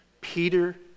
Peter